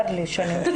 הדיבור